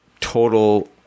total